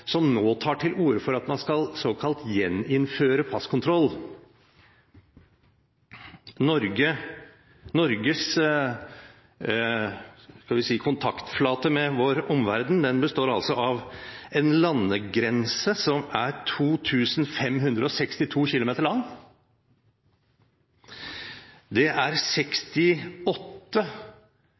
nå tar til orde for at man skal såkalt «gjeninnføre passkontroll»: Norges kontaktflate med omverdenen består av en landegrense som er 2 562 km lang. Det er 68